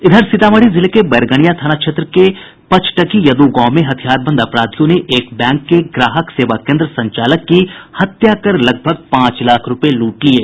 इधर सीतामढ़ी जिले के बैरगनिया थाना क्षेत्र के पचटकी यद् गांव में हथियारबंद अपराधियों ने एक बैंक के ग्राहक सेवा केन्द्र संचालक की हत्या कर लगभग पांच लाख रूपये लूट लिये